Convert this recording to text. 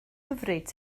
hyfryd